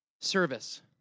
service